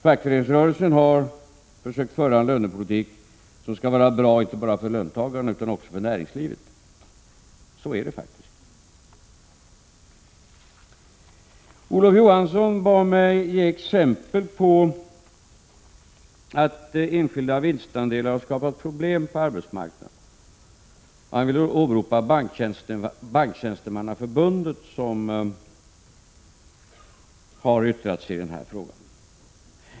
Fackföreningsrörelsen har försökt föra en lönepolitik som skall vara bra inte bara för löntagarna utan också för näringslivet. Så är det faktiskt. Olof Johansson bad mig ge exempel på att enskilda vinstandelar har skapat problem på arbetsmarknaden, och han ville åberopa Banktjänstemannaförbundet, som har yttrat sig i den här frågan.